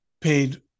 paid